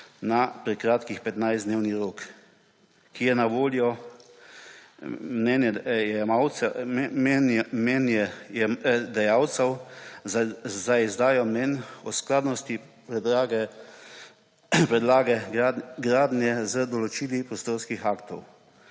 na prekratki 15-dnevni rok, ki je na voljo mnenjedajalcem za izdajo mnenj o skladnosti predloga gradnje z določili prostorskih aktov.